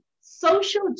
Social